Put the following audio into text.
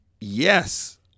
yes